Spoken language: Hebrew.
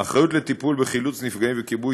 האחריות לטיפול בחילוץ נפגעים וכיבוי